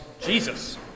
Jesus